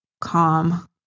calm